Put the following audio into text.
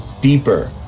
deeper